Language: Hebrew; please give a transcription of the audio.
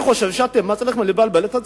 אני חושב שאתם מצליחים לבלבל את הציבור.